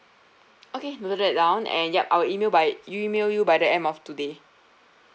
okay noted that down and yup I will email by email you by the end of today